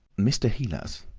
mr. heelas,